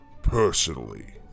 personally